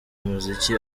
umuziki